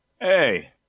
Hey